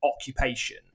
occupation